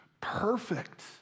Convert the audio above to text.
perfect